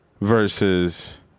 Versus